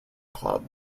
club